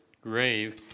grave